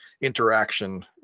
interaction